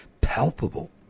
palpable